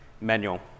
manual